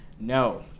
No